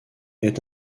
est